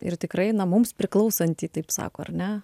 ir tikrai na mums priklausantį taip sako ar ne